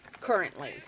currently